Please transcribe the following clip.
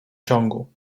ciągu